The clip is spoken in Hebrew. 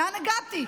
לאן הגעתי?